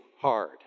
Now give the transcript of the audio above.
hard